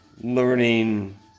learning